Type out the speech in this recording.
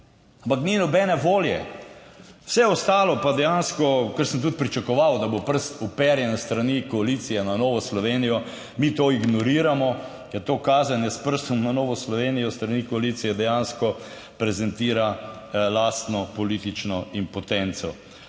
ampak ni nobene volje. Vse ostalo pa dejansko, kar sem tudi pričakoval, da bo prst uperjen s strani koalicije na Novo Slovenijo, mi to ignoriramo, ker to kazanje s prstom na Novo Slovenijo s strani koalicije dejansko prezentira lastno politično impotenco.